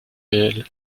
réel